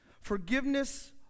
Forgiveness